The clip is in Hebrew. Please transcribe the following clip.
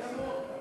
זה התקנון.